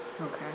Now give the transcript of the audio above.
Okay